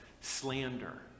slander